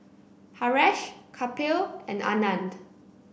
Haresh Kapil and Anand